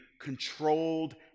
controlled